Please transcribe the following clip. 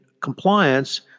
compliance